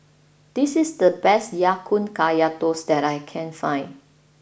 this is the best Ya Kun Kaya Toast that I can find